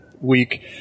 week